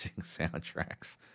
soundtracks